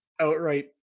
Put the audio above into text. outright